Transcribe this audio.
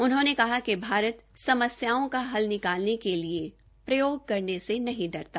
उन्होंने कहा कि भारत समस्याओं का हल निकालाने के लिए प्रयोग करने से नहीं डरता